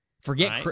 Forget